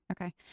Okay